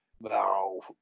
no